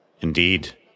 Indeed